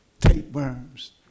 Tapeworms